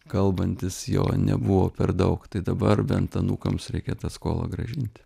kalbantis jo nebuvo per daug tai dabar bent anūkams reikia tą skolą grąžint